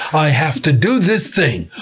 i have to do this thing!